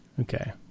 Okay